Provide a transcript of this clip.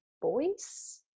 voice